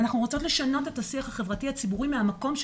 אנחנו רוצות לשנות את השיח הציבורי מהמקום הזה,